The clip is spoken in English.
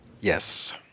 Yes